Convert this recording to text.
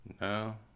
No